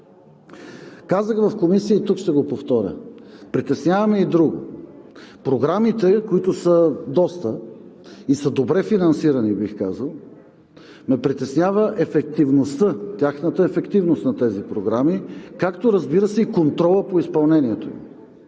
Казах в Комисията и тук ще го повторя: притеснява ме и друго – в програмите, които са доста и са добре финансирани, бих казал, ме притеснява ефективността, тяхната ефективност на тези програми, както, разбира се, и контрола по изпълнението им,